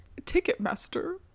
Ticketmaster